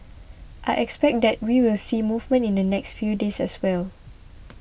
I expect that we will see movement in the next few days as well